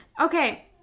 Okay